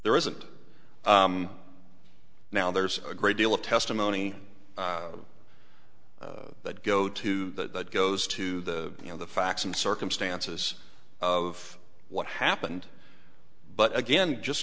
there isn't now there's a great deal of testimony that go to the goes to the you know the facts and circumstances of what happened but again just